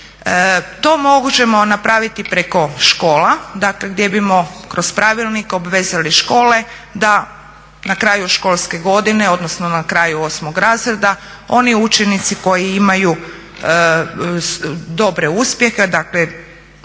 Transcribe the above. To možemo napraviti preko škola, dakle gdje bismo kroz pravilnik obvezali škole da na kraju školske godine, odnosno na kraju 8 razreda oni učenici koji imaju dobre uspjehe, dakle